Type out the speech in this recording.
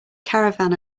caravan